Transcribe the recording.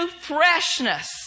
freshness